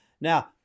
Now